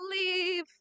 leave